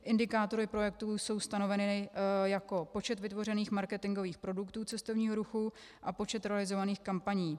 Indikátory projektů jsou stanoveny jako počet vytvořených marketingových produktů cestovního ruchu a počet realizovaných kampaní.